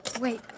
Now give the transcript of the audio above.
wait